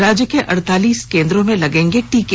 राज्य के अड़तालीस केन्द्रों में लगेंगे टीके